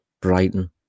Brighton